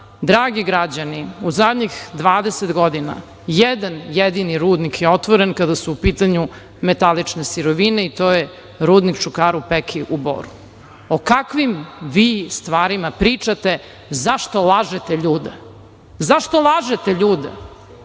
građani, u poslednjih 20 godina jedan jedini rudnik je otvoren kada su u pitanju metalične sirovine i to je rudnik "Čukaru Peki" u Boru. O kakvim vi stvarima pričate? Zašto lažete ljude? Zato što niste